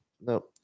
no